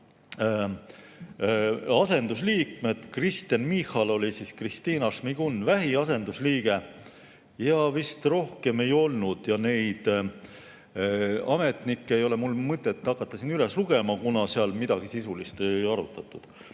asendusliikmed. Kristen Michal oli Kristina Šmigun-Vähi asendusliige ja vist rohkem siiski ei olnud. Neid ametnikke ei ole mul mõtet hakata siin üles lugema, kuna seal midagi sisulist ei arutatud.